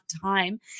time